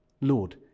Lord